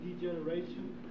degeneration